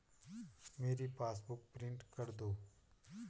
मेरी passbook print कर दो